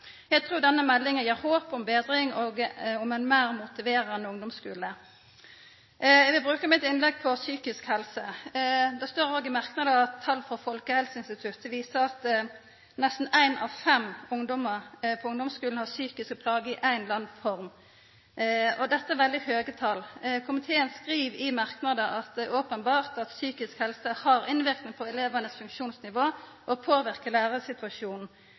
Eg trur denne meldinga gir håp om betring og om ein meir motiverande ungdomsskule. Eg vil bruka mitt innlegg på psykisk helse. Det står òg i merknadene at tal frå Folkehelseinstituttet viser at nesten ein av fem ungdommar på ungdomsskulen har psykiske plager i ei eller anna form. Dette er veldig høge tal. Komiteen skriv i merknadene at det er openbert at psykisk helse har innverknad på elevanes funksjonsnivå og påverkar